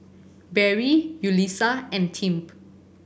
Barry Yulissa and Tim